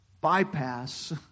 bypass